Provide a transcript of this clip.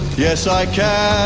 yes, i can